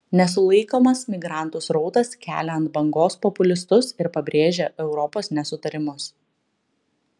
nesulaikomas migrantų srautas kelia ant bangos populistus ir pabrėžia europos nesutarimus